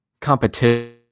competition